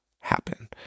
happen